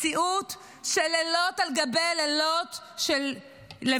מציאות של לילות על גבי לילות לבנים.